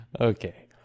Okay